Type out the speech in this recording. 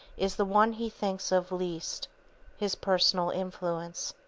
is the one he thinks of least his personal influence.